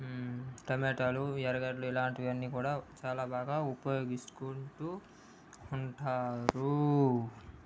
టమాటాలు ఎర్రగడ్డలు ఇలాంటివి అన్నీ కూడా చాలా బాగా ఉపయోగిచుకుంటూ ఉంటారూ